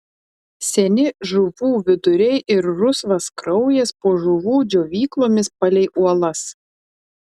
seni žuvų viduriai ir rusvas kraujas po žuvų džiovyklomis palei uolas